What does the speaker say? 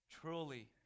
Truly